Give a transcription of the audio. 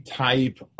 type